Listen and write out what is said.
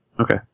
Okay